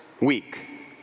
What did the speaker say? week